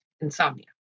insomnia